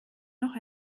noch